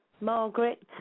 Margaret